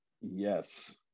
Yes